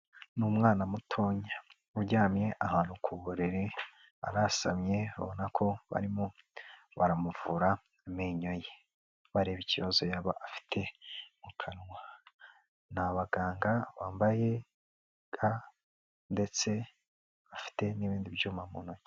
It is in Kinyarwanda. Ni umwana mutonya uryamye ahantu ku buriri, arasamye abona ko barimo baramuvura amenyo ye bareba ikibazo yaba afite mu kanwa, ni abaganga bambaye ga ndetse bafite n'ibindi byuma mu ntoki.